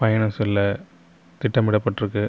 பயணம் செல்ல திட்டமிடப்பட்டிருக்கு